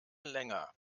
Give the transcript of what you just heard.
länger